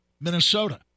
Minnesota